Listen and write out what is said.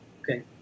okay